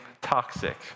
toxic